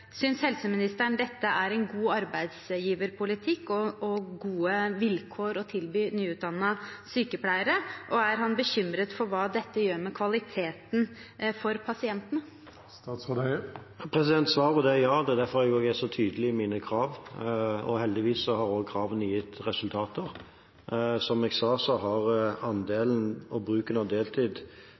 helseministeren dette er en god arbeidsgiverpolitikk og gode vilkår å tilby nyutdannede sykepleiere, og er han bekymret for hva dette gjør med kvaliteten for pasientene? Svaret er ja. Det er også derfor jeg er så tydelig i mine krav. Heldigvis har kravene gitt resultater. Som jeg sa, har bruken av deltid for fast ansatte i sykehusene gått ned hvert eneste år jeg har vært helseminister, og